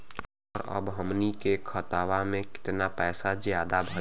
और अब हमनी के खतावा में कितना पैसा ज्यादा भईल बा?